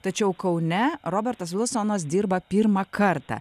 tačiau kaune robertas vilsonas dirba pirmą kartą